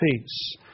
peace